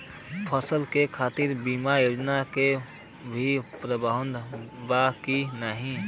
फसल के खातीर बिमा योजना क भी प्रवाधान बा की नाही?